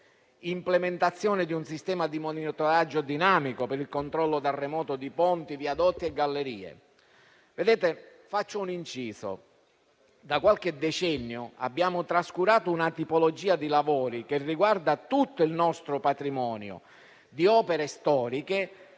nell'implementazione di un sistema di monitoraggio dinamico per il controllo da remoto di ponti, viadotti e gallerie. Faccio un inciso: da qualche decennio, abbiamo trascurato una tipologia di lavori che riguarda tutto il nostro patrimonio di opere storiche